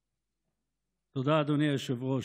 תודה, אדוני היושב-ראש.